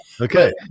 Okay